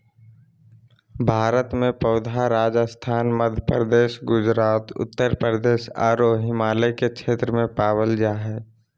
भारत में पौधा राजस्थान, मध्यप्रदेश, गुजरात, उत्तरप्रदेश आरो हिमालय के क्षेत्र में पावल जा हई